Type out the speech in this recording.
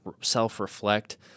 self-reflect